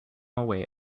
away